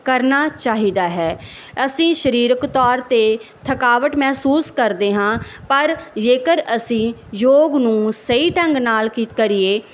ਕਰਨਾ ਚਾਹੀਦਾ ਹੈ ਅਸੀਂ ਸਰੀਰਕ ਤੌਰ 'ਤੇ ਥਕਾਵਟ ਮਹਿਸੂਸ ਕਰਦੇ ਹਾਂ ਪਰ ਜੇਕਰ ਅਸੀਂ ਯੋਗ ਨੂੰ ਸਹੀ ਢੰਗ ਨਾਲ ਕੀ ਕਰੀਏ